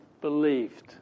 believed